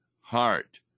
heart